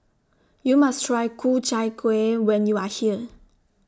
YOU must Try Ku Chai Kueh when YOU Are here